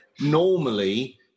Normally